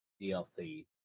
dlc